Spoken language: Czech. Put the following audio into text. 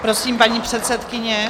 Prosím, paní předsedkyně.